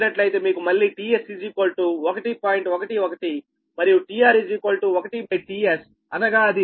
11 మరియు tR 1tSఅనగా అది 0